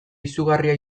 izugarria